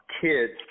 kids